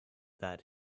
that